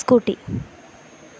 scooty